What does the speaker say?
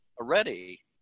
already